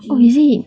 oh is it